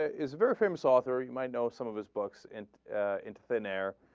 ah is very firms offer you might know some of his books and int bonaire